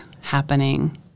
happening